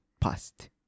past